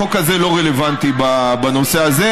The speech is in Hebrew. החוק הזה לא רלוונטי בנושא הזה.